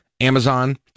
Amazon